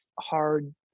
hard